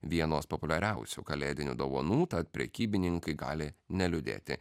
vienos populiariausių kalėdinių dovanų tad prekybininkai gali neliūdėti